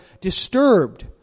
disturbed